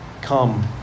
come